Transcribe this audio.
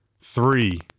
three